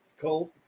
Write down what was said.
Cold